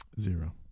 Zero